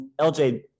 LJ